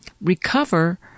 recover